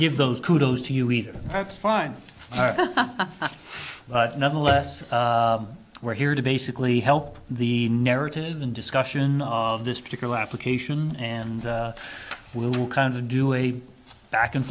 give those kudos to you either that's fine but nonetheless we're here to basically help the narrative in discussion of this particular application and we will kind of do a back and